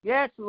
Yes